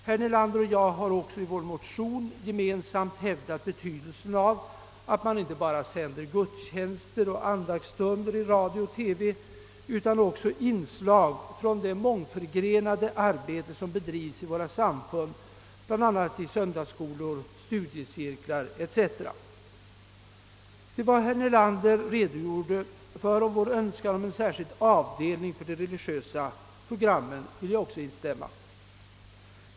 Herr Nelander och jag har också i vår motion framhävt betydelsen av att man i radio och TV inte bara sänder gudstjänster och andaktsstunder utan också inslag från det mångförgrenade arbete som bedrivs i våra samfund bl.a. i söndagsskolor, studiecirklar etc. Jag vill också instämma i herr Nelanders önskan om en särskild avdelning för de religiösa programmen; en sådan önskan har vi också framfört i vår motion.